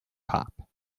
pop